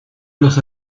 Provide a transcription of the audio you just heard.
los